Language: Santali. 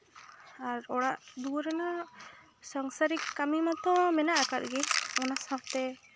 ᱟᱨ ᱚᱲᱟᱜ ᱫᱩᱣᱟᱹᱨ ᱨᱮᱱᱟᱜ ᱥᱚᱝᱥᱟᱨᱤᱠ ᱠᱟᱹᱢᱤ ᱢᱟᱛᱚ ᱢᱮᱱᱟᱜ ᱟᱠᱟᱫ ᱜᱮ ᱚᱱᱟ ᱥᱟᱶᱛᱮ